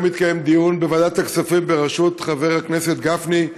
היום התקיים דיון בוועדת הכספים בראשות חבר הכנסת גפני,